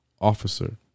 officer